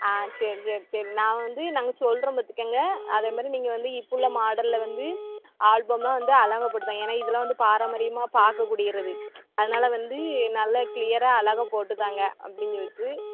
ஆ சரி சரி சரி நான் வந்து நாங்கள் சொல்கிறோம் பார்த்துக்கங்க அதேமாதிரி நீங்கள் வந்து இப்போ உள்ள மாடல்ல வந்து ஆல்பம்லாம் வந்து அழகா போட்டுத்தாங்க ஏன்னா இதெலாம் வந்து பாரம்பரியமாக பார்க்கக்கூடிறது அதனால வந்து நல்லா க்ளியராக அழகா போட்டு தாங்க அப்படின்னு சொல்லிட்டு